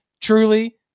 truly